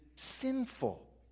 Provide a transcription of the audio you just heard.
Sinful